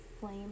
flame